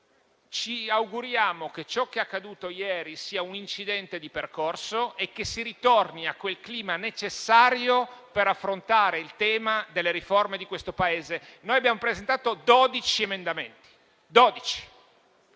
ci auguriamo che ciò che è accaduto ieri sia un incidente di percorso e che si ritorni al clima necessario per affrontare il tema delle riforme di questo Paese. Noi abbiamo presentato 12 emendamenti.